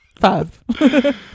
Five